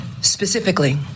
Specifically